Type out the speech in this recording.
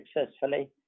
successfully